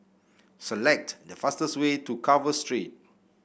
select the fastest way to Carver Street